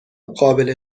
قابل